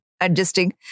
adjusting